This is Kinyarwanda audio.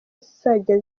zizajya